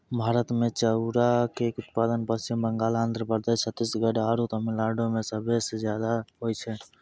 भारत मे चाउरो के उत्पादन पश्चिम बंगाल, आंध्र प्रदेश, छत्तीसगढ़ आरु तमिलनाडु मे सभे से ज्यादा होय छै